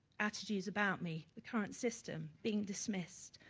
attitudes about me, the current system being dismissed,